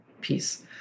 piece